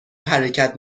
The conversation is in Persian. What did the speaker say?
حرکت